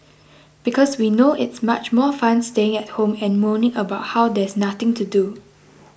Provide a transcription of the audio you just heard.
because we know it's much more fun staying at home and moaning about how there's nothing to do